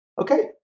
Okay